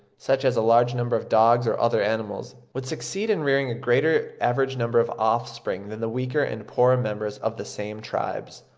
such as a large number of dogs or other animals would succeed in rearing a greater average number of offspring than the weaker and poorer members of the same tribes.